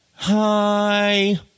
hi